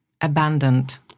abandoned